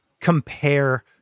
compare